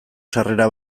sarrera